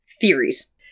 Theories